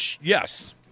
Yes